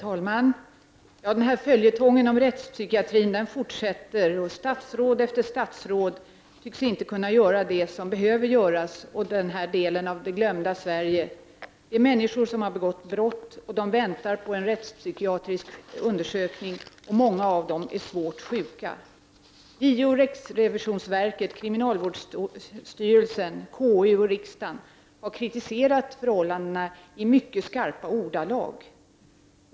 Herr talman! Följetongen om rättspsykiatrin fortsätter. Statsråd efter statsråd tycks inte kunna göra det som behöver göras för den här delen av det glömda Sverige. Det är fråga om människor som har begått brott och som väntar på en rättspsykiatrisk undersökning, och många av dem är svårt sjuka. JO, riksrevisionsverket, kriminalvårdsstyrelsen, KU och riksdagen har i mycket skarpa ordalag kritiserat förhållandena.